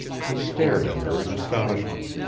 he stated at her in astonishment.